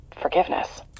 forgiveness